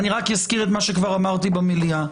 אני רק אזכיר את מה שכבר אמרתי במליאה.